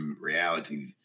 reality